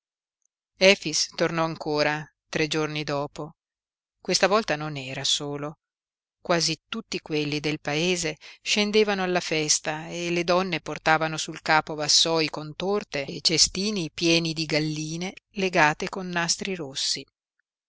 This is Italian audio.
tornò ancora tre giorni dopo questa volta non era solo quasi tutti quelli del paese scendevano alla festa e le donne portavano sul capo vassoi con torte e cestini pieni di galline legate con nastri rossi